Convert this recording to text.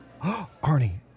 Arnie